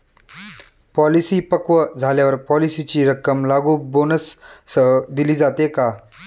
Policy पक्व झाल्यावर पॉलिसीची रक्कम लागू बोनससह दिली जाते का?